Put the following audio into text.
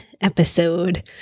episode